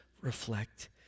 reflect